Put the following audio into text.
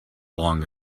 long